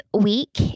week